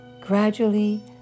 gradually